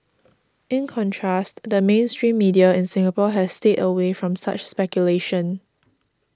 in contrast the mainstream media in Singapore has stayed away from such speculation